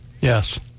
Yes